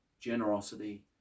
generosity